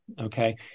Okay